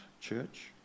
Church